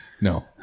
No